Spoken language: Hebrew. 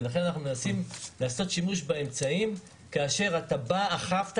ולכן אנחנו מנסים לעשות שימוש באמצעים כאשר אתה אוכף,